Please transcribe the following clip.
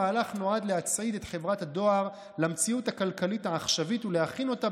המהלך נועד להצעיד את חברת הדואר למציאות הכלכלית העכשווית ולהכין אותה,